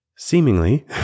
seemingly